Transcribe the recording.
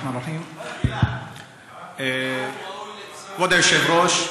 כבוד היושב-ראש,